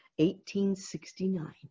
1869